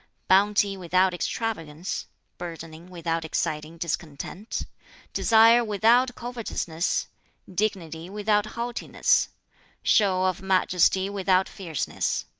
bounty without extravagance burdening without exciting discontent desire without covetousness dignity without haughtiness show of majesty without fierceness.